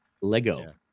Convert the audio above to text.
Lego